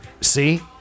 See